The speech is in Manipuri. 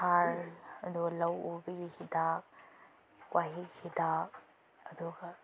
ꯍꯥꯔ ꯑꯗꯨꯒ ꯂꯧ ꯎꯕꯒꯤ ꯍꯤꯗꯥꯛ ꯋꯥꯍꯤꯛ ꯍꯤꯗꯥꯛ ꯑꯗꯨꯒ